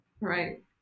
right